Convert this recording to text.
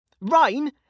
Rain